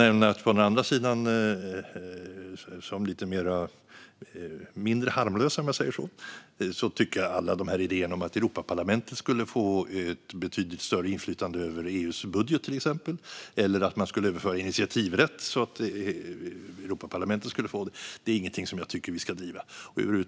Ett exempel på något mindre harmlöst är alla idéer om att Europaparlamentet skulle få ett betydligt större inflytande över EU:s budget och att initiativrätten skulle överföras dit. Det är inget vi ska driva.